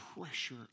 pressure